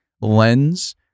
lens